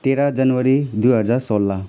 तेह्र जनवरी दुई हजार सोह्र